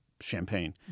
champagne